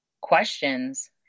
questions